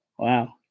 Wow